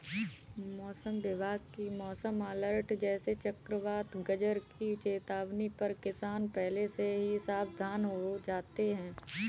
मौसम विभाग की मौसम अलर्ट जैसे चक्रवात गरज की चेतावनी पर किसान पहले से ही सावधान हो जाते हैं